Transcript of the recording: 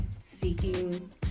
seeking